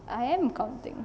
I am counting